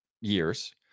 years